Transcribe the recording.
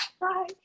bye